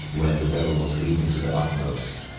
when the devil was weakened to the utmost.